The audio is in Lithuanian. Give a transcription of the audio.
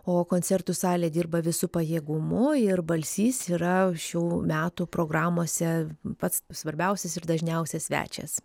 o koncertų salė dirba visu pajėgumu ir balsys yra šių metų programose pats svarbiausias ir dažniausias svečias